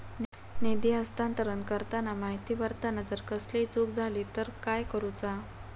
निधी हस्तांतरण करताना माहिती भरताना जर कसलीय चूक जाली तर काय करूचा?